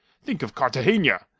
think of cartagena!